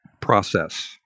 process